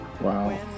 Wow